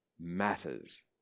matters